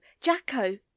Jacko